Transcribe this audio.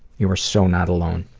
you are so not alone.